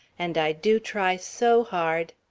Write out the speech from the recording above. and i do try so hard.